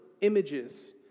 images